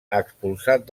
expulsat